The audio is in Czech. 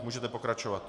Můžete pokračovat.